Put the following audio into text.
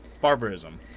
Barbarism